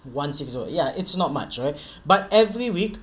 once exhort ya it's not much right but every week